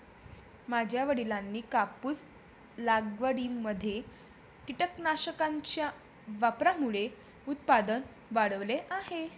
माझ्या वडिलांनी कापूस लागवडीमध्ये कीटकनाशकांच्या वापरामुळे उत्पादन वाढवले आहे